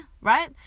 right